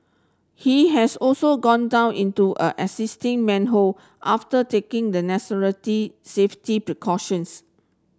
he has also gone down into an existing manhole after taking the safety precautions